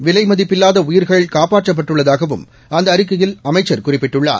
விலைமதிப்பில்வாத உயிர்கள் காப்பாற்றப்பட்டுள்ளதாகவும் அந்த அறிக்கையில் அமைச்சர் குறிப்பிட்டுள்ளார்